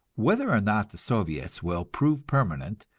whether or not the soviets will prove permanent,